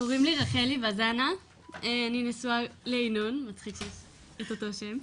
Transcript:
קוראים לי רחלי ואזנה אני נשואה לינון, אותו שם.